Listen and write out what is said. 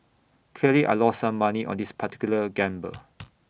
clearly I lost some money on this particular gamble